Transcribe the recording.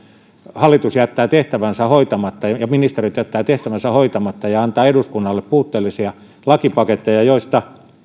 hallitus jättää tehtävänsä hoitamatta ja ministerit jättävät tehtävänsä hoitamatta ja antavat eduskunnalle puutteellisia lakipaketteja joista